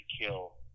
kill